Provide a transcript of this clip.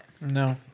No